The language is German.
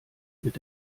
mit